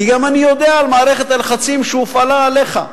כי גם אני יודע על מערכת הלחצים שהופעלה עליך.